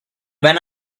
when